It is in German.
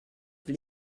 will